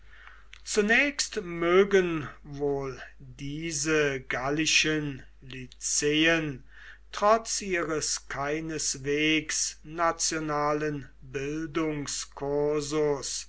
zunächst mögen wohl diese gallischen lyzeen trotz ihres keineswegs nationalen